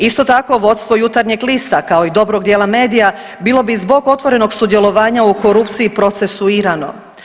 Isto tako vodstvo Jutarnjeg lista, kao i dobrog dijela medija bilo bi zbog otvorenog sudjelovanja u korupciji procesuirano.